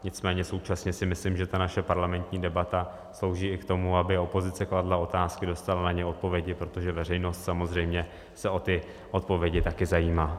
Nicméně současně si myslím, že ta naše parlamentní debata slouží i k tomu, aby opozice kladla otázky, dostala na ně odpovědi, protože veřejnost samozřejmě se o ty odpovědi také zajímá.